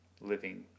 living